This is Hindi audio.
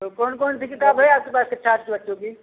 तो कौन कौन सी किताब है आपके पास कक्षा आठ के बच्चों की